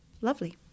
lovely